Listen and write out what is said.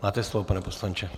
Máte slovo, pane poslanče.